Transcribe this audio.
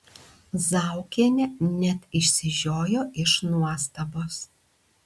zaukienė net išsižiojo iš nuostabos